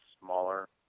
smaller